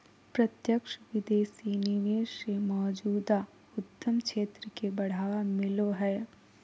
प्रत्यक्ष विदेशी निवेश से मौजूदा उद्यम क्षेत्र के बढ़ावा मिलो हय